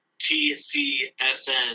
T-C-S-N